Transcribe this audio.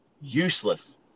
useless